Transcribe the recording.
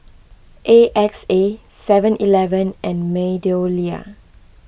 A X A Seven Eleven and MeadowLea